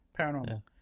paranormal